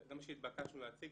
זה מה שהתבקשנו להציג.